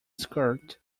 skirt